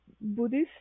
buddhist